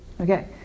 Okay